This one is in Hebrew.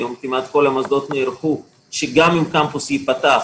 היום כמעט כל המוסדות נערכו לכך שגם אם הקמפוס ייפתח,